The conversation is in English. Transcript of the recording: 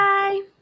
Bye